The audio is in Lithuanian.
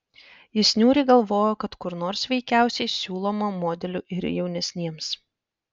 jis niūriai galvojo kad kur nors veikiausiai siūloma modelių ir jaunesniems